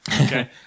Okay